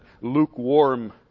lukewarm